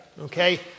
Okay